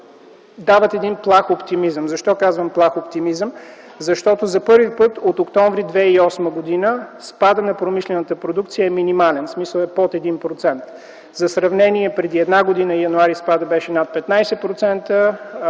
дават един плах оптимизъм. Защо казвам „плах оптимизъм”? – Защото за първи път от м. октомври 2008 г. спадът на промишлената продукция е минимален, в смисъл, че е под 1%. За сравнение – преди една година през м. януари спадът беше над 15%,